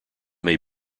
may